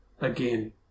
again